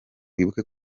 wibuke